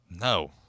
No